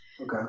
Okay